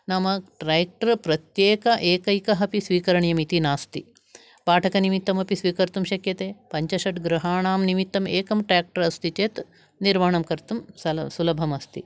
नाम ट्र्याक्टर् प्रत्येक एकैकः अपि स्वीकरणीयमिति नास्ति बाटकनिमित्तमपि स्वीकर्तुं शक्यते पञ्चषड् गृहाणाम् निमित्तम् एकं ट्र्याक्टर् अस्ति चेत् निर्वहणं कर्तुं सल सुलभम् अस्ति